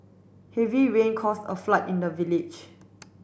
heavy rain caused a flood in the village